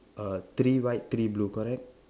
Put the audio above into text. uh three white three blue correct